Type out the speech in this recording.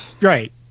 right